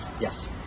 Yes